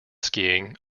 skiing